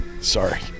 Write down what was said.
sorry